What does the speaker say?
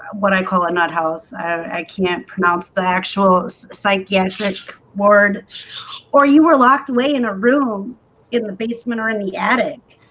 what i call a nut house i can't pronounce the actual psychiatric ward or you were locked away in a room in the basement or in the attic,